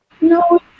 No